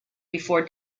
before